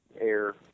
air